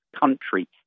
country